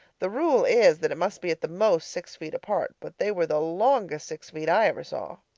the rule is that it must be at the most six feet apart, but they were the longest six feet i ever saw.